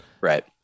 Right